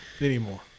anymore